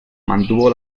mantuvo